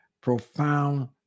profound